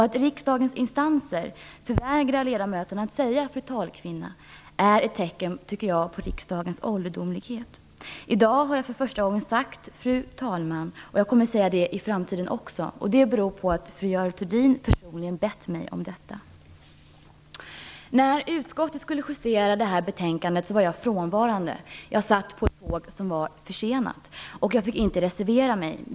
Att riksdagens instanser förvägrar ledamöterna att säga fru talkvinna är ett tecken på riksdagens ålderdomlighet. I dag har jag för första gången sagt fru talman, och jag kommer att säga det också i framtiden. Det beror på att fru Görel Thurdin personligen bett mig om detta. När utskottet skulle justera betänkandet var jag frånvarande. Jag satt på ett tåg som var försenat, och jag kunde inte reservera mig.